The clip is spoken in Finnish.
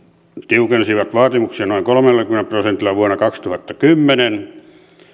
tiukensivat vaatimuksia noin kolmellakymmenellä prosentilla vuonna kaksituhattakymmenen